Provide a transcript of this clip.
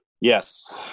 Yes